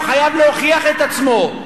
הוא חייב להוכיח את עצמו.